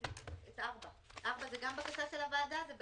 סעיף 4 זה גם בקשה של הוועדה?